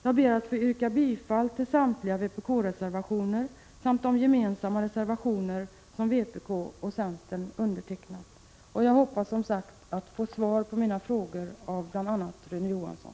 Jag ber att få yrka bifall till samtliga vpk-reservationer samt de reservationer som vpk och centern gemensamt har undertecknat. Jag hoppas, som sagt, att få svar på mina frågor av bl.a. Rune Johansson.